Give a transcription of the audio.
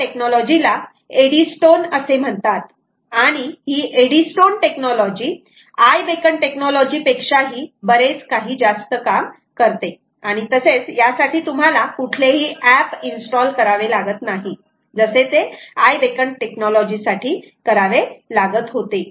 त्या टेक्नॉलॉजी ला Eddystone असे म्हणतात आणि ही Eddystone technology iBeacon technology पेक्षाही बरेच काही जास्त काम करते आणि तसेच यासाठी तुम्हाला कुठलेही अँप इंस्टॉल करावे लागत नाही जसे ते आय बेकन टेक्नॉलॉजी साठी करावे लागत होते